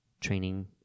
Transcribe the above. Training